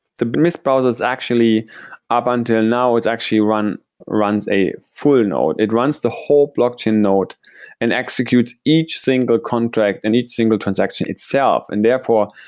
the mist browser is actually ah ubuntu. now it's actually runs runs a full node. it runs the whole blockchain node and executes each single contract and each single transaction itself. and therefore,